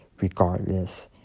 regardless